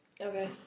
Okay